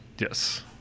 yes